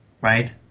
Right